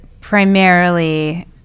primarily